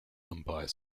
umpire